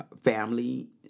family